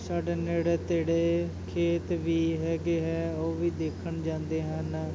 ਸਾਡੇ ਨੇੜੇ ਤੇੜੇ ਖੇਤ ਵੀ ਹੈਗੇ ਹੈ ਉਹ ਵੀ ਦੇਖਣ ਜਾਂਦੇ ਹਨ